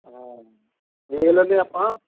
ਹਾਂ ਦੇਖ ਲੈਂਦੇ ਹਾਂ ਆਪਾਂ